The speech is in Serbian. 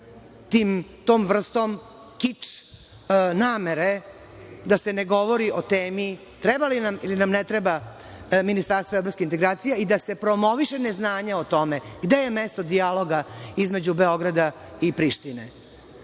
tom vrstom kič namere da se ne govori o temi treba li nam ili nam ne treba ministarstvo evropskih integracija i da se promoviše neznanje o tome gde je mesto dijaloga između Beograda i Prištine. Čemu